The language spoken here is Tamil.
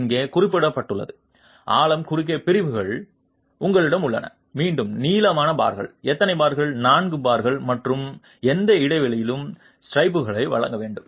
இங்கே குறிப்பிடப்பட்டுள்ள ஆழம் குறுக்கு பிரிவுகள் உங்களிடம் உள்ளன மீண்டும் நீளமான பார்கள் எத்தனை பார்கள் நான்கு பார்கள் மற்றும் எந்த இடைவெளியில் ஸ்ட்ரைப்களை வழங்க வேண்டும்